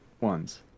ones